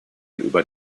über